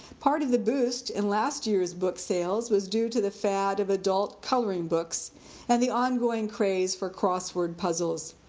part of the boost in last year's book sales was due to the fad of adult coloring books and the ongoing craze for cross-word puzzles.